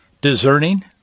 discerning